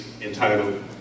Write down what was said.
Entitled